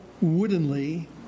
woodenly